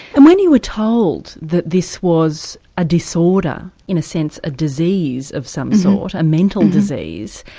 and when you were told that this was a disorder, in a sense a disease of some sort, a mental disease,